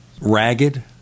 ragged